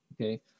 okay